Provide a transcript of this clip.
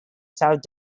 south